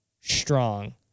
strong